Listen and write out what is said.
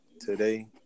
today